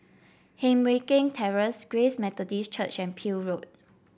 Heng Mui Keng Terrace Grace Methodist Church and Peel Road